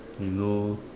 you know